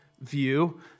view